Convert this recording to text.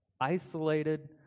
Isolated